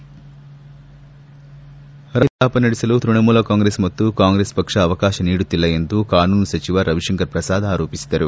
ರಾಜ್ಯಸಭೆಯಲ್ಲಿ ಕಲಾಪ ನಡೆಸಲು ತೃಣಮೂಲ ಕಾಂಗ್ರೆಸ್ ಮತ್ತು ಕಾಂಗ್ರೆಸ್ ಪಕ್ಷ ಅವಕಾಶ ನೀಡುತ್ತಿಲ್ಲ ಎಂದು ಕಾನೂನು ಸಚಿವ ರವಿಶಂಕರ್ ಪ್ರಸಾದ್ ಆರೋಪಿಸಿದರು